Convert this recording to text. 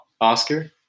Oscar